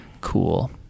Cool